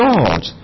God